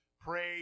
pray